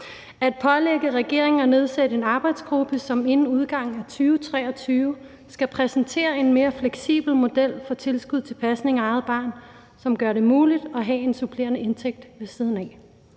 at pålægge regeringen at nedsætte en arbejdsgruppe, som inden udgangen af 2023 skal præsentere en mere fleksibel model for tilskud til pasning af eget barn, og som gør det muligt at have en supplerende indtægt ved siden af.